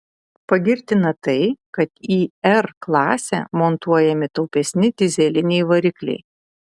pagirtina tai kad į r klasę montuojami taupesni dyzeliniai varikliai